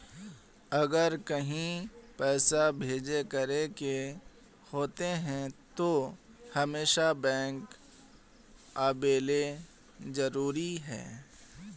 अगर कहीं पैसा भेजे करे के होते है तो हमेशा बैंक आबेले जरूरी है?